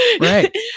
Right